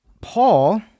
Paul